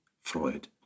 Freud